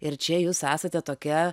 ir čia jūs esate tokia